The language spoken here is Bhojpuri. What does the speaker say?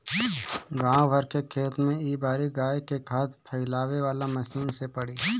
गाँव भर के खेत में ए बारी गाय के खाद फइलावे वाला मशीन से पड़ी